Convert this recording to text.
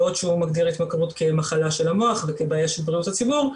בעוד שהוא מגדיר התמכרות כמחלה של המוח וכבעיה של בריאות הציבור,